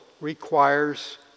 requires